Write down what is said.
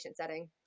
setting